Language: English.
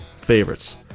favorites